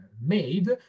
made